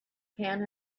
pan